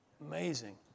Amazing